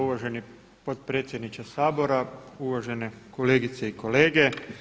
Uvaženi potpredsjedniče Sabora, uvažene kolegice i kolege.